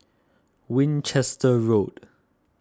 Winchester Road